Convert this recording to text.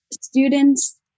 students